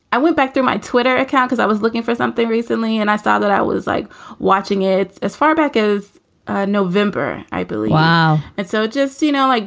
i went back through my twitter account because i was looking for something recently and i saw that i was like watching it as far back as november, i believe. wow. and so just, you know, like